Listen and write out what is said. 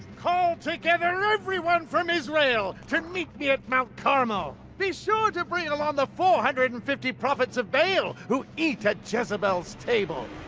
call together everyone from israel to meet me at mount carmel. be sure to bring along the four hundred and fifty prophets of baal who eat at jezebel's table.